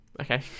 Okay